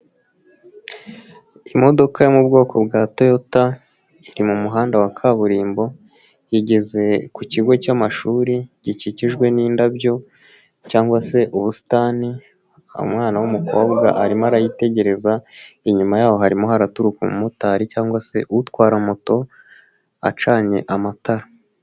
Imodoka yo mu bwoko bwa Toyota, iri mu muhanda wa kaburimbo, igeze ku kigo cy'amashuri, gikikijwe n'indabyo cyangwa se ubusitani, umwana w'umukobwa arimo arayitegereza, inyuma yaho harimo haraturuka umumotari cyangwag se utwara moto, acanye amatara.